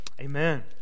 amen